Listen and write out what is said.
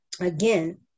again